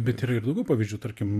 bet yra ir daugiau pavyzdžių tarkim